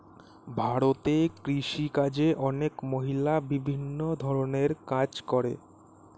ভারতে কৃষিকাজে অনেক মহিলা বিভিন্ন ধরণের কাজ করে